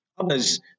Others